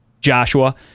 Joshua